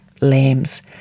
lambs